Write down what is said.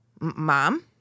Mom